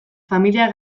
familia